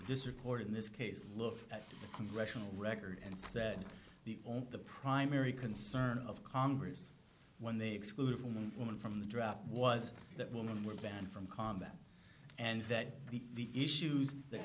this record in this case looked at the congressional record and said the only the primary concern of congress when they excluded from the woman from the draft was that women were banned from combat and that the issues that